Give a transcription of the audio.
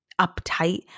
uptight